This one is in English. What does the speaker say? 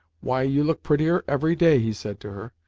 why, you look prettier every day, he said to her.